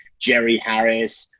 jerry harris,